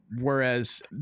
Whereas